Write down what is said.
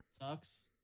Sucks